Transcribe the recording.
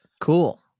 Cool